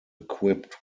equipped